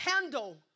handle